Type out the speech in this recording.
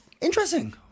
Interesting